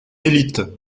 élite